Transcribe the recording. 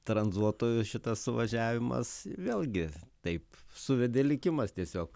tranzuotojų šitas suvažiavimas vėlgi taip suvedė likimas tiesiog